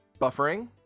Buffering